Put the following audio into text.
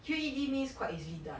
Q_E_D means quite easily done